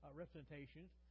representations